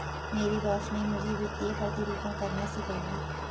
मेरे बॉस ने मुझे वित्तीय प्रतिरूपण करना सिखाया